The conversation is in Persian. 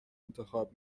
انتخاب